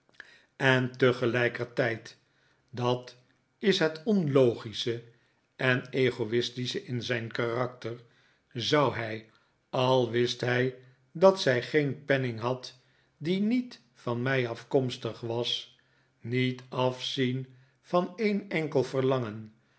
en tegelijkertijd dat is het onlogische en ego'istische in zijn karakter zou hij al wist hij dat zij geen penning had die niet van mij afkomstig was niet afzien van een enkel verlangen